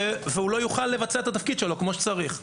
הוא לא יוכל לבצע את התפקיד כמו שצריך.